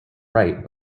right